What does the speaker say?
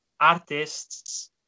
artists